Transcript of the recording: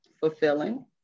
fulfilling